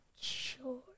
Sure